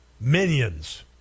Minions